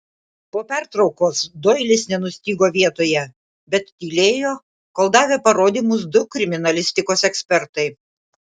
po pertraukos doilis nenustygo vietoje bet tylėjo kol davė parodymus du kriminalistikos ekspertai